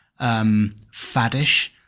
faddish